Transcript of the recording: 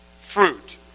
fruit